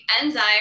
enzyme